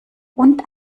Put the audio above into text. und